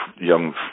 young